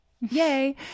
Yay